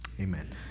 Amen